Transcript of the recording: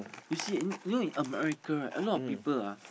you see in in you know in America right a lot of people ah